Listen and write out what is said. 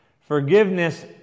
Forgiveness